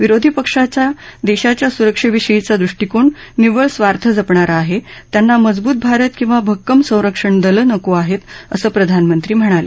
विरोधी पक्षांचा देशाच्या स्रक्षेविषयीचा दृष्टीकोन निव्वळ स्वार्थ जपणारा आहे त्यांना मजूबत भारत किंवा भक्कम संरक्षण दलं नको आहेत असं प्रधानमंत्री म्हणाले